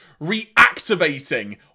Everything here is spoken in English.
reactivating